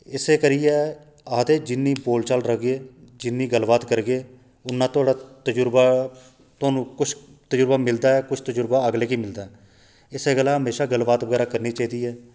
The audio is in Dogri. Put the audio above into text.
इस करियै आखदे जिन्नी बोल चाल रखगे जिन्नी गल्ल बात करगे उन्ना थुआढ़ा तजर्बा थुहानूं किश तुजर्बा मिलदा ऐ किश तजर्बा अगले गी मिलदा ऐ इस गल्ला हमेशा गल्ल बात बगैरा करनी चाहिदी ऐ